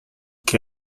che